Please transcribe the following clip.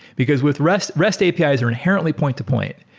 because with rest rest apis are inherently point-to-point.